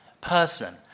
person